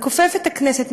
מכופף את הכנסת,